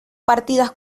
partidas